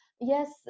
yes